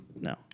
No